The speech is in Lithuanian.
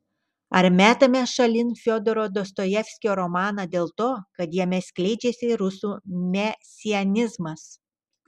ar metame šalin fiodoro dostojevskio romaną dėl to kad jame skleidžiasi rusų mesianizmas